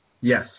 yes